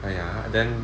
!aiya! then